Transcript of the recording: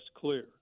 clear